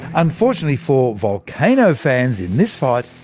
unfortunately for volcano fans in this fight,